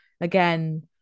Again